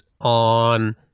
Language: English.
on